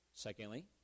Secondly